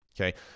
Okay